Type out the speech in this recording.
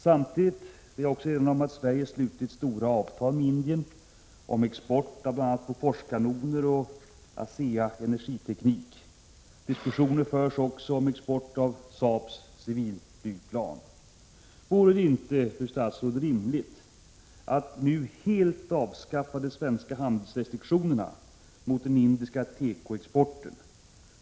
Samtidigt vill jag också erinra om att Sverige slutit stora avtal med Indien om export av bl.a. kanoner från Bofors och energiteknik från Asea. Diskussioner förs också om export av Saabs civilflygplan. Vore det inte rimligt, fru statsråd, att nu helt avskaffa de svenska handelsrestriktionerna mot den indiska tekoexporten?